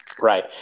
Right